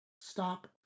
Stop